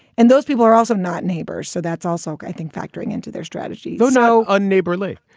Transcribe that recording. and those people are also not neighbors. so that's also, i think, factoring into their strategy, you know, on neighborly,